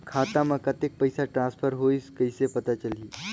खाता म कतेक पइसा ट्रांसफर होईस कइसे पता चलही?